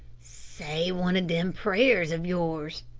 say one of them prayers of yours,